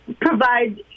provide